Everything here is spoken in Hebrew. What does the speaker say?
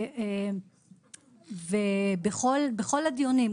בכל הדיונים,